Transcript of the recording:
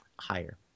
higher